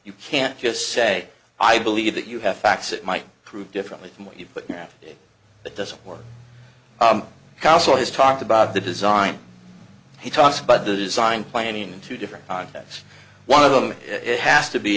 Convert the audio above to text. you can't just say i believe that you have facts it might prove differently from what you but now that doesn't work counsel has talked about the design he talks about design planning to different contexts one of them it has to be